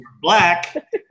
black